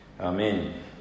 Amen